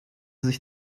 sich